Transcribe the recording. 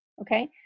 Okay